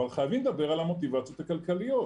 אבל חייבים לדבר על המוטיבציות הכלכליות.